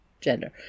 gender